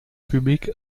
public